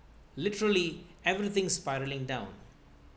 literally everything spiraling down